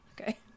okay